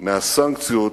מהסנקציות